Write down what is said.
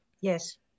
Yes